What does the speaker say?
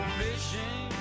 fishing